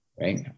right